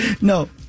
No